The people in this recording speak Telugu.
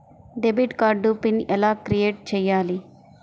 డెబిట్ కార్డు పిన్ ఎలా క్రిఏట్ చెయ్యాలి?